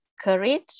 courage